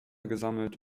gesammelt